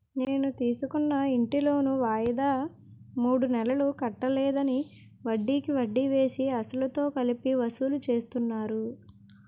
నేను తీసుకున్న ఇంటి లోను వాయిదా మూడు నెలలు కట్టలేదని, వడ్డికి వడ్డీ వేసి, అసలుతో కలిపి వసూలు చేస్తున్నారు